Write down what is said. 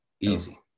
easy